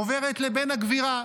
עוברות לבן הגבירה.